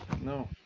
No